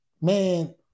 man